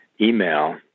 email